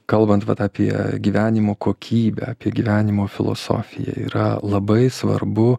kalbant vat apie gyvenimo kokybę apie gyvenimo filosofiją yra labai svarbu